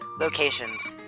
locations,